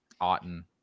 Otten